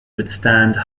withstand